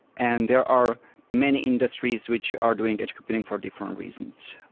and there are many industries which are doing edge computing for different reasons.